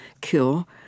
kill